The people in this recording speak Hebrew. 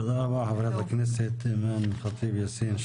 תודה רבה, חברת הכנסת אימאן ח'טיב יאסין.